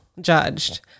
judged